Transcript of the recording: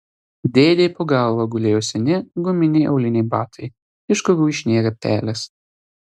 dėdei po galva gulėjo seni guminiai auliniai batai iš kurių išnėrė pelės